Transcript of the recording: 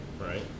right